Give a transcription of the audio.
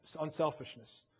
unselfishness